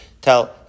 tell